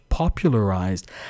popularized